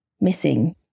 missing